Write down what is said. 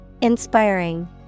Inspiring